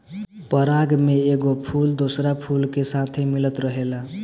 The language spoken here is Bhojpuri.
पराग में एगो फूल दोसरा फूल के साथे मिलत रहेला